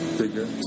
figure